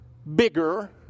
Bigger